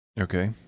Okay